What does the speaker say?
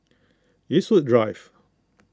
Eastwood Drive